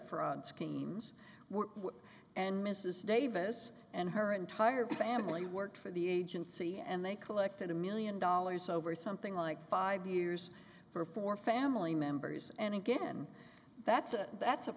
on schemes were and mrs davis and her entire family worked for the agency and they collected a million dollars over something like five years for four family members and again that's a that's a